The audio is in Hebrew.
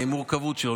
ולמורכבות שלו.